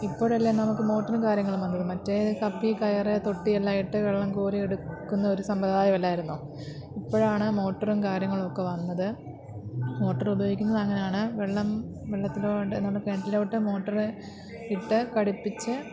ഇപ്പോഴല്ലേ നമുക്ക് മോട്ടറും കാര്യങ്ങളും വന്നത് മറ്റെ കപ്പി കയറ് തൊട്ടി എല്ലാം ഇട്ട് വെള്ളം കോരി എടുക്കുന്ന ഒരു സംവിധാനം അല്ലായിരുന്നോ ഇപ്പോഴാണ് മോട്ടറും കാര്യങ്ങളും ഒക്കെ വന്നത് മോട്ടറുപയോഗിക്കുന്നത് അങ്ങനാണ് വെള്ളം വെള്ളത്തിലോട്ട് നമ്മൾ കിണറ്റിലോട്ട് മോട്ടറ് ഇട്ട് ഘടിപ്പിച്ച്